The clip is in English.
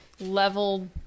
level